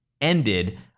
ended –